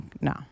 No